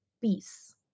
peace